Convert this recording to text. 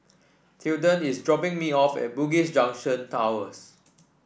Tilden is dropping me off at Bugis Junction Towers